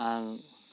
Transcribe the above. ᱟᱨ